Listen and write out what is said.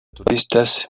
turistas